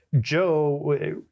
Joe